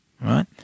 right